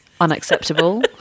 unacceptable